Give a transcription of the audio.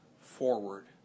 forward